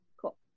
Cool